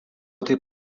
taip